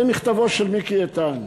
זה מכתבו של מיקי איתן.